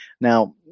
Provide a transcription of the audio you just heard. now